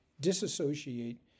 disassociate